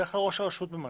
בדרך כלל ראש הרשות ממנה.